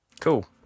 Cool